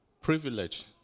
privilege